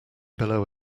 below